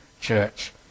Church